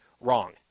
wrong